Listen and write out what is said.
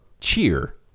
Cheer